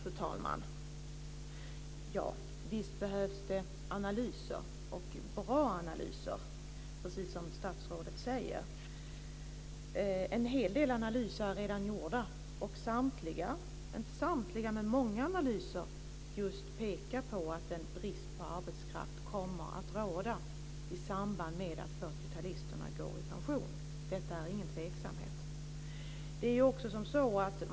Fru talman! Visst behövs det analyser, bra analyser, precis som statsrådet säger. En hel del analyser är redan gjorda. Många analyser pekar just på att det kommer att bli brist på arbetskraft i samband med att 40-talisterna går i pension. Det råder ingen tvekan om det.